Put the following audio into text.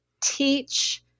teach